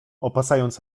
opasując